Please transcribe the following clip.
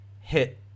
hit